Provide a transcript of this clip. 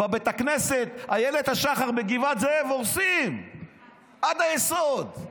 בבית הכנסת איילת השחר בגבעת זאב הורסים עד היסוד.